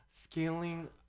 scaling